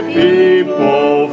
people